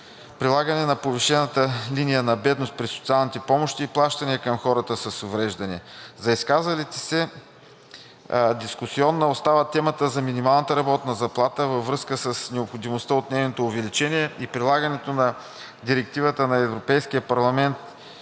прилагане на повишената линия на бедност при социалните помощи и плащанията към хората с увреждания. За изказалите се дискусионна остава темата за минималната работна заплата във връзка с необходимостта от нейното увеличение и прилагането на Директивата на Европейския парламент